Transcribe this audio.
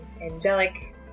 angelic